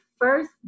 first